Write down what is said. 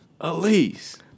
Elise